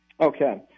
Okay